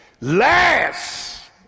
last